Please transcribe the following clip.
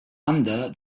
under